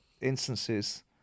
instances